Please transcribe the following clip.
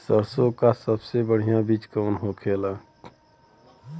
सरसों का सबसे बढ़ियां बीज कवन होखेला?